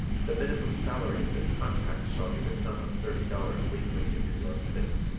the minimum salary of this contract shall be the sum of thirty dollars weekly in new york city